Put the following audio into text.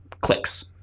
clicks